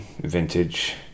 vintage